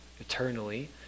eternally